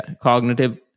cognitive